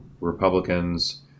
Republicans